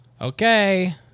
okay